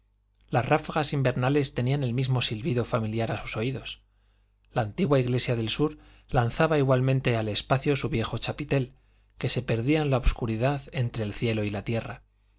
las ráfagas invernales tenían el mismo silbido familiar a sus oídos la antigua iglesia del sur lanzaba igualmente al espacio su viejo chapitel que se perdía en la obscuridad entre el cielo y la tierra